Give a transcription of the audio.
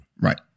Right